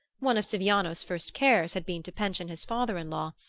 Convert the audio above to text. one of siviano's first cares had been to pension his father-in-law,